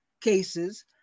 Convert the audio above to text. cases